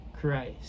Christ